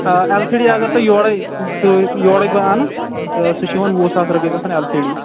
آ L C D اَگر تۄہہِ یورے سُہ یورے بہٕ اَنہٕ سُہ چھُ یِوان وُہ ساس رۄپیہِ گژھن ایل سی ڈی